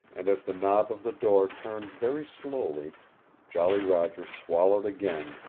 and as the knob of the door turned very slowly jolly roger swallowed again,